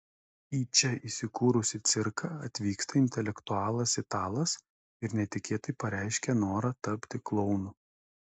į čia įsikūrusį cirką atvyksta intelektualas italas ir netikėtai pareiškia norą tapti klounu